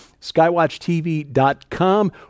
skywatchtv.com